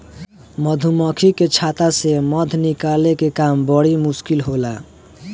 मधुमक्खी के छता से मध निकाले के काम बड़ी मुश्किल होला